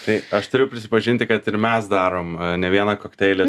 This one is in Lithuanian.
tai aš turiu prisipažinti kad ir mes darom ne vieną kokteilį